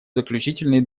заключительные